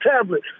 tablet